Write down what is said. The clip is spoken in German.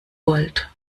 volt